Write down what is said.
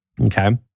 Okay